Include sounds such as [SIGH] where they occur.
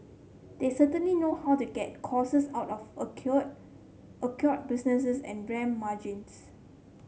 they certainly know how to get [UNINTELLIGIBLE] out of [UNINTELLIGIBLE] acquired business and ramp margins